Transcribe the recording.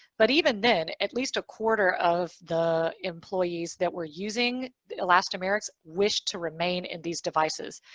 but even then, at least a quarter of the employees that were using elastomerics wished to remain in these devices.